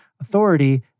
authority